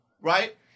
Right